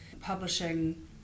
publishing